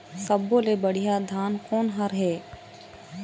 सब्बो ले बढ़िया धान कोन हर हे?